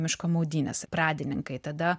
miško maudynes pradininkai tada